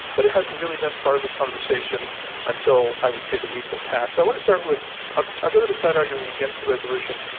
but it hasn't really been part of the conversation until, i would say, the recent past. i want to start with ah i'll go to the side arguing against the resolution.